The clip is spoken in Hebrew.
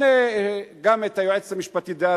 גם את היועצת המשפטית דאז,